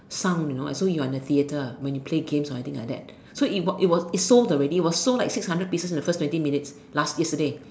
sound you know and so you're in the theatre when you play games or something like that so it was it was sold already it was like sold like sold six hundred pieces in the first twenty minutes last yesterday